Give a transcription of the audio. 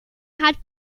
hat